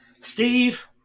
Steve